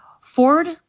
Ford